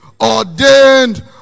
ordained